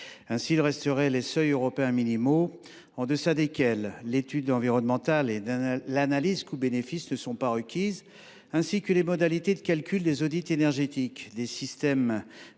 retirerait les seuils européens en deçà desquels l’étude environnementale et l’analyse coût bénéfice ne sont pas requises, les modalités de calcul des audits énergétiques, les systèmes de